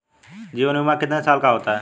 जीवन बीमा कितने साल का होता है?